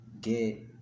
get